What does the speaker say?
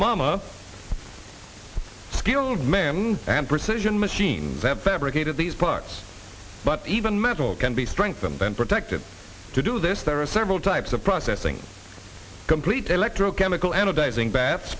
mama skilled ma'am and precision machine that fabricated these parts but even metal can be strengthened then protected to do this there are several types of processing complete electro chemical anodizing baths